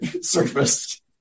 surfaced